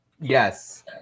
Yes